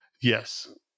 Yes